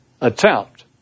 attempt